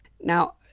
Now